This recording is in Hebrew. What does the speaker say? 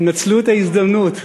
נצלו את ההזדמנות,